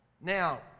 Now